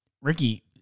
Ricky